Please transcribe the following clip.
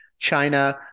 China